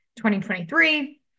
2023